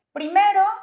Primero